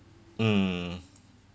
mm